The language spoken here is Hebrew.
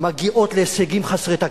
מגיעות להישגים חסרי תקדים,